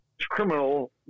criminal